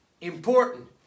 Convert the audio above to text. Important